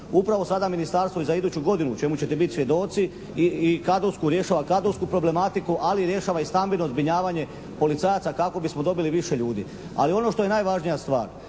Upravo sada Ministarstvo je i za iduću godinu, čemu ćete biti svjedoci, i kadrovsku, rješava kadrovsku problematiku, ali rješava i stambeno zbrinjavanje policajaca kako bismo dobili više ljudi. Ali ono što je najvažnija stvar,